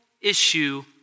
issue